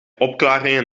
opklaringen